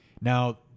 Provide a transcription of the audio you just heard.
Now